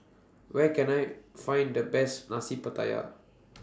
Where Can I Find The Best Nasi Pattaya